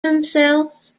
themselves